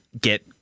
get